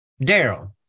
Daryl